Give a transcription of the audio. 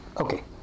Okay